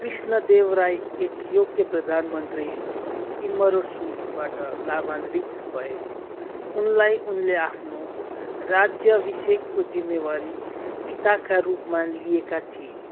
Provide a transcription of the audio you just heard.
कृष्णदेव राय एक योग्य प्रधानमन्त्री तिम्मरुसुबाट लाभान्वित भए उनलाई उनले आफ्नो राज्याभिषेकको जिम्मेवारी पिताका रूपमा लिएका थिए